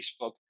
facebook